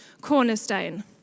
cornerstone